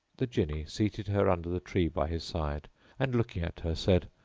the jinni seated her under the tree by his side and looking at her said,